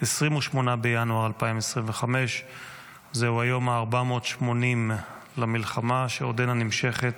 28 בינואר 2025. זהו היום ה-480 למלחמה שעודנה נמשכת,